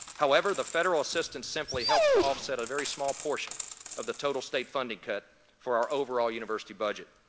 however, the federal assistance simply helps to offset a very small portion of the total state funding cut for our overall university budget.